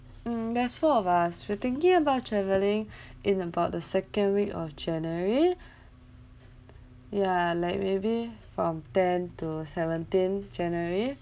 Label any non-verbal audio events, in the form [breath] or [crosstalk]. um there's four of us we're thinking about travelling [breath] in about the second week of january [breath] ya like maybe from ten to seventeenth january